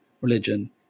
religion